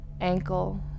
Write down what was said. ankle